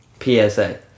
PSA